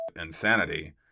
insanity